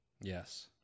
Yes